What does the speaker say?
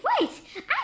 wait